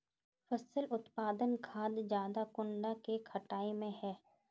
फसल उत्पादन खाद ज्यादा कुंडा के कटाई में है?